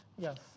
Yes